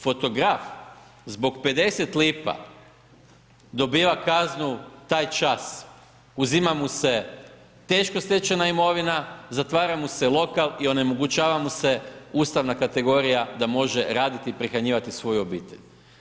Fotograf zbog 50 lipa dobiva kaznu taj čas, uzima mu se teško stečena imovina, zatvara mu se lokal i onemogućava mu se ustavna kategorija da može raditi i prehranjivati svoju obitelj.